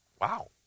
Wow